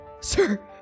Sir